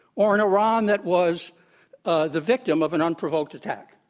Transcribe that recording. or an iran that was ah the victim of an unprovoked attack?